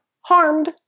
harmed